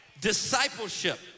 Discipleship